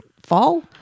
Fall